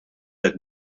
hekk